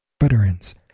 veterans